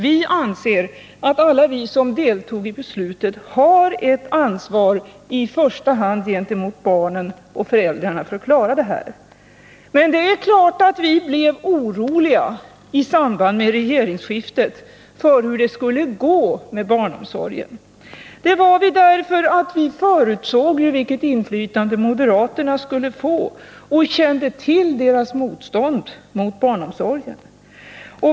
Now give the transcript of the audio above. Vi anser att alla som deltog i beslutet har ett ansvar i första hand gentemot barnen och föräldrarna för att klara detta. Men det är klart att vi i samband med regeringsskiftet blev oroliga för hur det skulle gå med barnomsorgen. Det blev vi därför att vi förutsåg vilket inflytande moderaterna skulle få och kände till deras motstånd mot barnomsorgen.